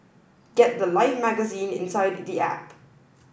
get The Life magazine inside the app